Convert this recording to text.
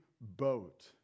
boat